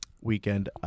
weekend